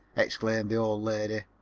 exclaimed the old lady.